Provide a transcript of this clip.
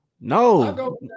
No